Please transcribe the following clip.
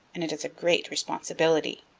and it is a great responsibility.